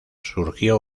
surgió